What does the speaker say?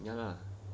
ya lah